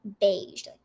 beige